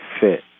fit